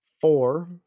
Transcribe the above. Four